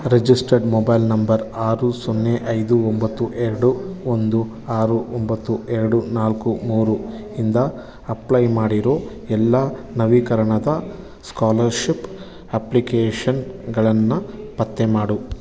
registered mobile number ಆರು ಸೊನ್ನೆ ಐದು ಒಂಬತ್ತು ಎರಡು ಒಂದು ಆರು ಒಂಬತ್ತು ಎರಡು ನಾಲ್ಕು ಮೂರು ಇಂದ ಅಪ್ಲೈ ಮಾಡಿರೋ ಎಲ್ಲ ನವೀಕರಣದ ಸ್ಕಾಲರ್ಶಿಪ್ ಅಪ್ಲಿಕೇಶನ್ಗಳನ್ನು ಪತ್ತೆ ಮಾಡು